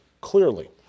clearly